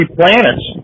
planets